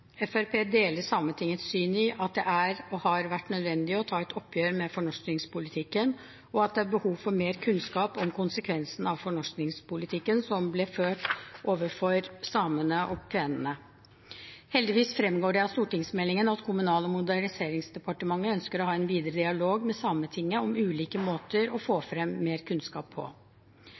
Fremskrittspartiet deler Sametingets syn på at det er og har vært nødvendig å ta et oppgjør med fornorskingspolitikken, og at det er behov for mer kunnskap om konsekvensene av den fornorskingspolitikken som ble ført overfor samene og kvenene. Heldigvis fremgår det av stortingsmeldingen at Kommunal- og moderniseringsdepartementet ønsker å ha en videre dialog med Sametinget om ulike måter å få frem mer kunnskap på.